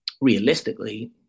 realistically